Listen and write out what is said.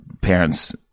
parents